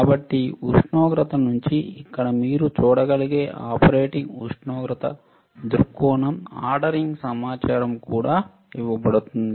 కాబట్టి ఉష్ణోగ్రత నుండి ఇక్కడ మీరు చూడగలిగే ఆపరేటింగ్ ఉష్ణోగ్రత దృక్కోణం ఆర్డరింగ్ సమాచారం కూడా ఇవ్వబడుతుంది